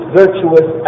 virtuous